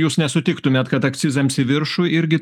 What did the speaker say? jūs nesutiktumėt kad akcizams į viršų irgi